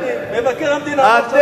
מבקר המדינה אמר שאתה גזען.